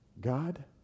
God